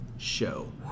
show